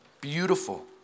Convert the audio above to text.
Beautiful